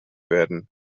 werden